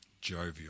jovial